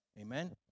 Amen